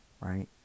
right